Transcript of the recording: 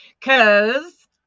cause